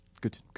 Good